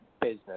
business